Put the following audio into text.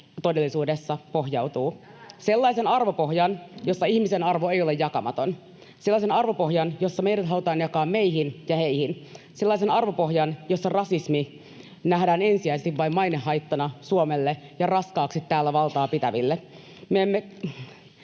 perussuomalaisten ryhmästä] sellaisen arvopohjan, jossa ihmisen arvo ei ole jakamaton; sellaisen arvopohjan, jossa meidät halutaan jakaa meihin ja heihin; sellaisen arvopohjan, jossa rasismi nähdään ensisijaisesti vain mainehaittana Suomelle ja raskaaksi täällä valtaa pitäville.